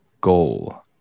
goal